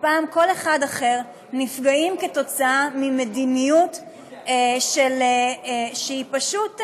נפגעים ממדיניות שהיא פשוט,